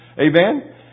Amen